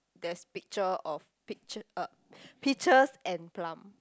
there's picture of peach uh peaches and plum